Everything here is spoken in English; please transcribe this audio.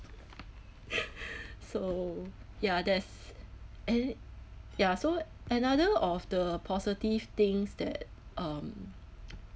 so ya there's eh ya so another of the positive things that um